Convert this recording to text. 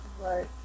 Right